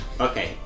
Okay